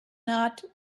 not